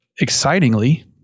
excitingly